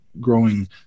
growing